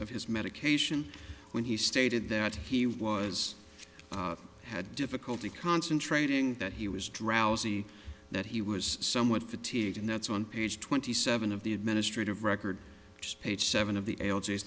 of his medication when he stated that he was had difficulty concentrating that he was drowsy that he was somewhat fatigued and that's on page twenty seven of the administrative record page seven of